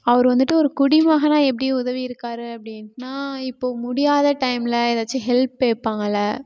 அவர் வந்துவிட்டு ஒரு குடிமகனாக எப்படி உதவியிருக்காரு அப்படின்னா இப்போது முடியாத டைமில் எதாச்சு ஹெல்ப் கேட்பாங்கல்லை